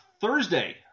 Thursday